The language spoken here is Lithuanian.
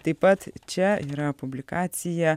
taip pat čia yra publikacija